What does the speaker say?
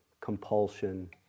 compulsion